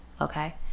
okay